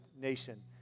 nation